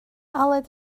aled